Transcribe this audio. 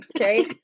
Okay